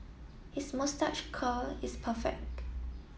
his moustache curl is perfect